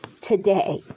today